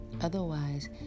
Otherwise